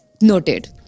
Noted